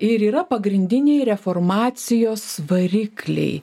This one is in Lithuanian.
ir yra pagrindiniai reformacijos varikliai